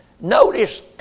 Notice